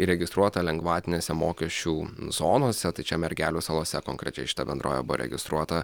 įregistruota lengvatinėse mokesčių zonose tai čia mergelių salose konkrečiai šita bendrovė buvo registruota